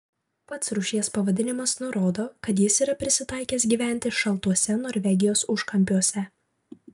pats rūšies pavadinimas nurodo kad jis yra prisitaikęs gyventi šaltuose norvegijos užkampiuose